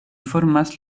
formas